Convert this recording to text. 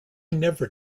never